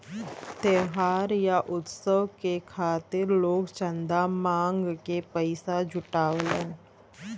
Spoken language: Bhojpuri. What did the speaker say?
त्योहार या उत्सव के खातिर लोग चंदा मांग के पइसा जुटावलन